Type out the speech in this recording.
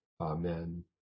Amen